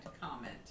comment